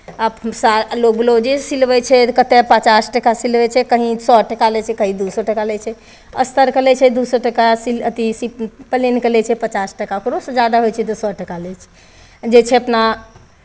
आब सा लोक ब्लाउजे सिलबै छै तऽ कतेक पचास टाका सिलबै छै कहीँ सए टाका लै छै कहीँ दू सए टाका लै छै अस्तरके लै छै दू सए टाका सिल अथि सि पलेनके लै छै पचास टाका ओकरोसँ जादा होइ छै तऽ सए टाका लै छै जे छै अपना